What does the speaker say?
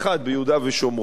ביהודה ושומרון,